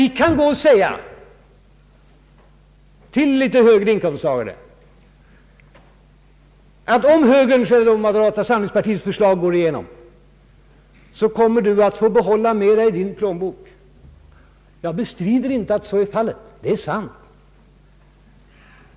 Ni kan säga till litet högre inkomsttagare: ”Om moderata samlingspartiets förslag går igenom, så kommer du att få behålla mera i din plånbok.” Det är sant.